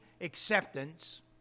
acceptance